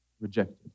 rejected